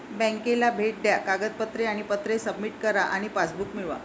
बँकेला भेट द्या कागदपत्रे आणि पत्रे सबमिट करा आणि पासबुक मिळवा